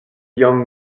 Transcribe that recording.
young